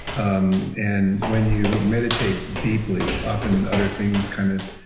um and when you meditate deeply, often other things kind of.